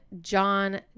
John